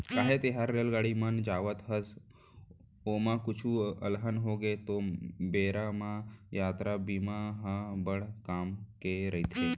काहे तैंहर रेलगाड़ी म जावत हस, ओमा कुछु अलहन होगे ओ बेरा म यातरा बीमा ह बड़ काम के रइथे